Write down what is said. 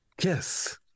Yes